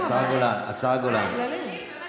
יש כללים.